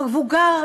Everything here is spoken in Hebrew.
מבוגר,